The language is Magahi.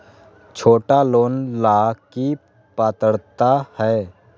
छोटा लोन ला की पात्रता है?